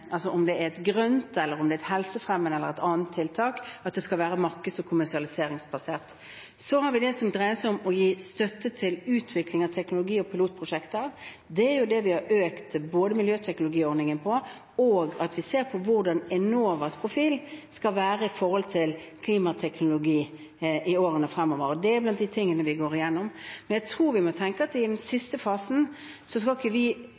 et grønt eller et helsefremmende eller et annet tiltak: Det skal være markeds- og kommersialiseringsbasert. Så har vi det som dreier seg om å gi støtte til utvikling av teknologi og pilotprosjekter. Det er der vi har økt miljøteknologiordningen, og vi ser hvordan Enovas profil skal være i forhold til klimateknologi i årene fremover. Det er blant de tingene vi går igjennom. Men jeg tror vi må tenke at i den siste fasen skal vi ikke ha ensidige virkemidler som bare går på den grønne teknologien, for det vi